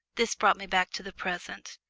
this brought me back to the present.